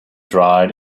dried